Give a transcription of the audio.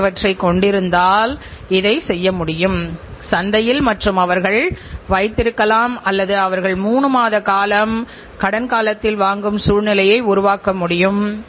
வெளிப்புற தோல்வி செலவுகள் என்பது குறைபாடுள்ள தயாரிப்புகளை வழங்குவதன் மூலம் ஏற்படும் செலவுகள் அதாவது களபழுது நீக்கம் செய்தல் மாற்றுப் பொருளை வழங்குவதற்கான செலவுகள் மற்றும் உத்தரவாத செலவுகள்